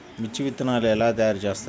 మిర్చి విత్తనాలు ఎలా తయారు చేస్తారు?